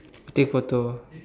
take photo